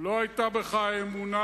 לא היתה בך האמונה